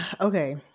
Okay